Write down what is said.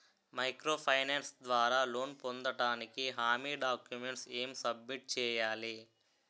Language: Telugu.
మైక్రో ఫైనాన్స్ ద్వారా లోన్ పొందటానికి హామీ డాక్యుమెంట్స్ ఎం సబ్మిట్ చేయాలి?